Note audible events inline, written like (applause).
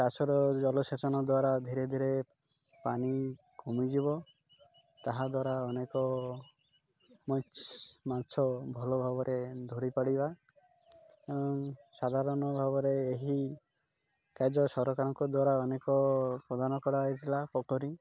ଚାଷର ଜଳସେଚନ ଦ୍ୱାରା ଧୀରେ ଧୀରେ ପାଣି କମିଯିବ ତାହାଦ୍ୱାରା ଅନେକ (unintelligible) ମାଛ ଭଲ ଭାବରେ ଧରିପାରିବା ସାଧାରଣ ଭାବରେ ଏହି କାର୍ଯ୍ୟ ସରକାରଙ୍କ ଦ୍ୱାରା ଅନେକ ପ୍ରଦାନ କରାଯାଇଥିଲା ପୋଖରୀ